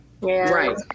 Right